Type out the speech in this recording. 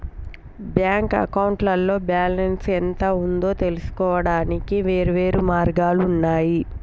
bank అకౌంట్లో balance ఎంత ఉందో తెలుసుకోవడానికి వేర్వేరు మార్గాలు ఉన్నయి